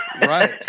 Right